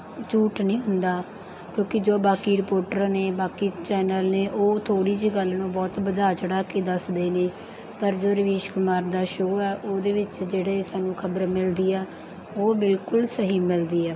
ਝੂਠ ਨਹੀਂ ਹੁੰਦਾ ਕਿਉਂਕਿ ਜੋ ਬਾਕੀ ਰਿਪੋਰਟਰ ਨੇ ਬਾਕੀ ਚੈਨਲ ਨੇ ਉਹ ਥੋੜ੍ਹੀ ਜਿਹੀ ਗੱਲ ਨੂੰ ਬਹੁਤ ਵਧਾ ਚੜ੍ਹਾ ਕੇ ਦੱਸਦੇ ਨੇ ਪਰ ਜੋ ਰਵੀਸ਼ ਕੁਮਾਰ ਦਾ ਸ਼ੋਅ ਹੈ ਉਹਦੇ ਵਿੱਚ ਜਿਹੜੀ ਸਾਨੂੰ ਖਬਰ ਮਿਲਦੀ ਆ ਉਹ ਬਿਲਕੁਲ ਸਹੀ ਮਿਲਦੀ ਆ